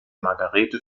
margarete